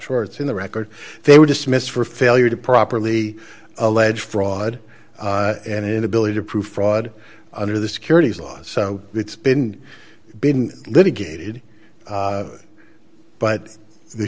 sure it's in the record they were dismissed for failure to properly allege fraud and inability to prove fraud under the securities laws so it's been been litigated but the